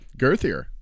girthier